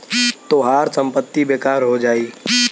तोहार संपत्ति बेकार हो जाई